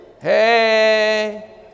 hey